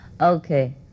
Okay